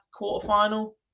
quarterfinal